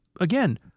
again